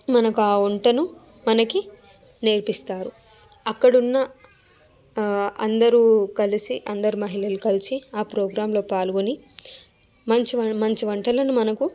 మనకి ఆ వంటను మనకి నేర్పిస్తారు అక్కడున్న అందరూ కలిసి అందరు మహిళలు కలిసి ఆ ప్రోగ్రాంలో పాల్గొని మంచి వం మంచి వంటలను మనకు